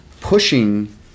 pushing